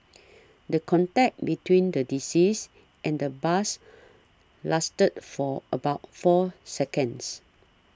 the contact between the deceased and the bus lasted for about four seconds